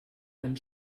einen